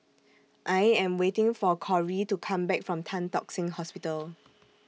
I Am waiting For Cori to Come Back from Tan Tock Seng Hospital